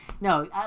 no